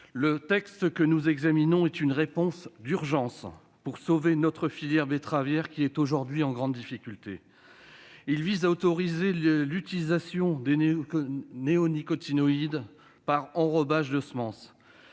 ce projet de loi est une réponse d'urgence pour sauver notre filière betteravière, qui est aujourd'hui en grande difficulté. Il autorise l'utilisation des néonicotinoïdes par enrobage de semences